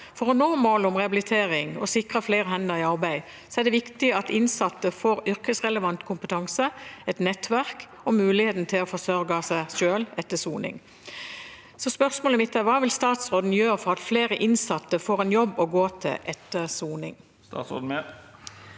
For å nå målet om rehabilitering og sikre flere hender i arbeid er det viktig at innsatte får yrkesrelevant kompetanse, et nettverk og mulighet til å forsørge seg selv etter soning. Hva vil statsråden gjøre for at flere innsatte får en jobb å gå til etter soning?»